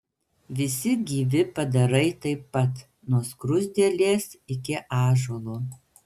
visi gyvi padarai taip pat nuo skruzdėlės iki ąžuolo